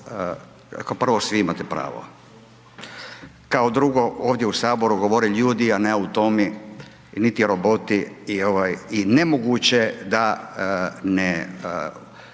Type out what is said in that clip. kao prvo svi imate pravo, kao drugo, ovdje u Saboru govore ljudi a ne automi, niti roboti i nemoguće je da ne